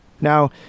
Now